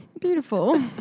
beautiful